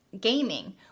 gaming